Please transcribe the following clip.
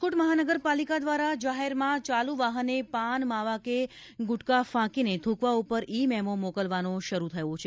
રાજકોટ મહાનગરપાલિકા દ્વારા જાહેરમાં ચાલુ વાહને પાન માવા કે ગુટખા ફાકીને થૂંકવા પર ઇ મેમો મોકલવાનો શરૂ થયો છે